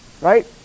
Right